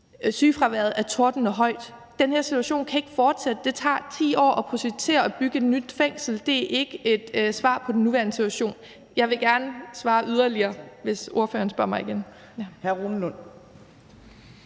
Sygefraværet er tordnende højt. Den her situation kan ikke fortsætte. Det tager 10 år at projektere at bygge et nyt fængsel. Det er ikke et svar på den nuværende situation. Jeg vil gerne svare yderligere, hvis ordføreren spørger mig igen.